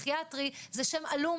נורא מפחיד עם עוד אנשים שהם נורא מבוהלים,